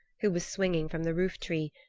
who was swinging from the roof-tree,